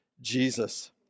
Jesus